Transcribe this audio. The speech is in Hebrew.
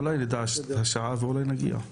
אולי נדע את השעה ואולי נגיע.